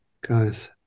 guys